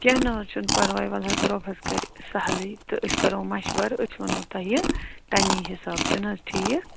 کیٚنٛہہ نہَ حظ چھُ پرواے ولہٕ حظ رۅب حظ کَرِ سہلٕے تہٕ أسۍ کرو مشورٕ أسۍ ونہو تۄہہِ تمی حِساب چھُ نہٕ حظ ٹھیٖک